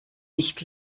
nicht